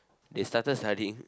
they started studying